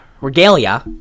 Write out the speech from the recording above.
regalia